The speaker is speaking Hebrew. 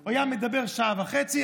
הוא היה מדבר שעה וחצי,